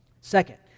Second